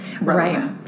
right